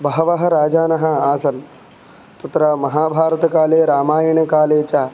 बहवः राजानः आसन् तत्र महाभारतकाले रामयणकाले च